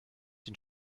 den